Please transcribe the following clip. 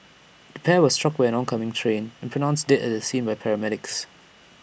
the pair were struck by an oncoming train and pronounced dead at the scene by paramedics